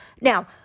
Now